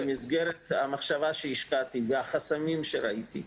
במסגרת המחשבה שהשקעתי והחסמים שראיתי,